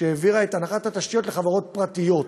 כשהעבירה את הנחת התשתיות לחברות פרטיות.